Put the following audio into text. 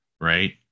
right